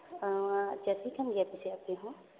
ᱚ ᱟᱪᱪᱷᱟ ᱪᱟᱹᱥᱤ ᱠᱟᱱ ᱜᱮᱭᱟ ᱯᱮᱥᱮ ᱟᱯᱮ ᱦᱚᱸ